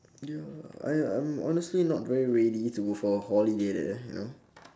ya I I'm honestly not very ready to go for a holiday leh you know